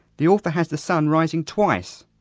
the author has the sun rising twice'.